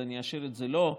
אז אני אשאיר את זה לו.